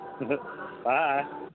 bye